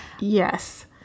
yes